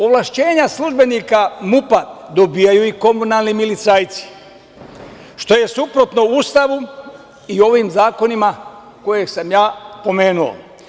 Ovlašćenja službenika MUP dobijaju i komunalni milicajci, što je suprotno Ustavu i ovim zakonima koje sam pomenuo.